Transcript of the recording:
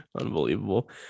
Unbelievable